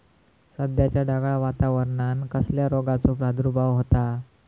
सध्याच्या ढगाळ वातावरणान कसल्या रोगाचो प्रादुर्भाव होता?